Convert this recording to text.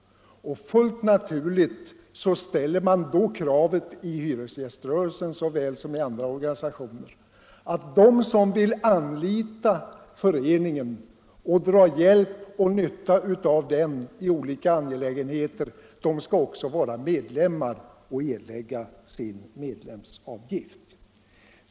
Helt naturligt ställer man då kravet i hyresgäströrelsen såväl som i andra organisationer att de som vill anlita föreningen och dra hjälp och nytta av den i olika angelägenheter också skall vara medlemmar och erlägga sina medlemsavgifter.